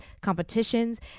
competitions